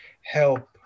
help